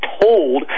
told